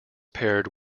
paired